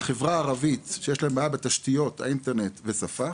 החברה הערבית שיש להם בעיה בתשתיות האינטרנט ושפה